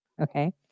Okay